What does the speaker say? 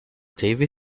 david